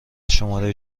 شماره